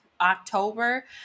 October